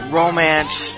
romance